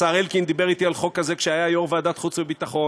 השר אלקין דיבר אתי על חוק כזה כשהיה יו"ר ועדת החוץ והביטחון,